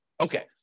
Okay